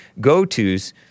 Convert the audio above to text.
go-to's